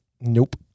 Nope